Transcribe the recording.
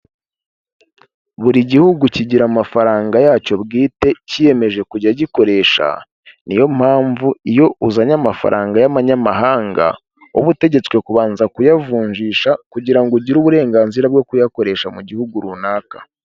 Buri gihugu kigira amafaranga yacyo bwite cyiyemeje kujya gikoresha, niyo mpamvu iyo uzanye amafaranga y'abanyamahanga uba utegetswe kubanza kuyavunjisha, kugira ngo ugire uburenganzira bwo kuyakoresha mu gihugu runaka.